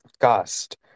cast